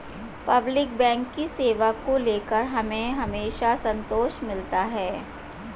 public bank की सेवा को लेकर हमें हमेशा संतोष मिलता है